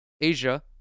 Asia